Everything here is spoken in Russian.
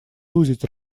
сузить